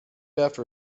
after